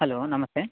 hello ನಮಸ್ತೆ